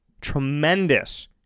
Tremendous